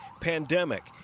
pandemic